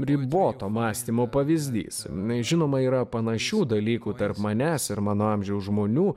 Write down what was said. riboto mąstymo pavyzdys jinai žinoma yra panašių dalykų tarp manęs ir mano amžiaus žmonių